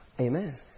Amen